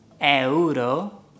euro